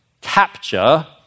capture